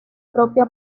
propia